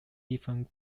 different